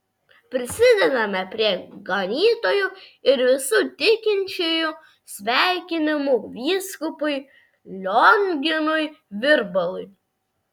prisidedame prie ganytojų ir visų tikinčiųjų sveikinimų vyskupui lionginui virbalui